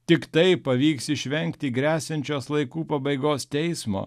tik taip pavyks išvengti gresiančios laikų pabaigos teismo